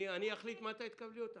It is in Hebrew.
אני אחליט מתי תקבלי אותה.